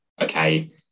Okay